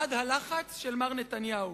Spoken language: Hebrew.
מד הלחץ של מר נתניהו.